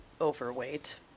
overweight